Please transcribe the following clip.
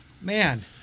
Man